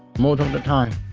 most of the time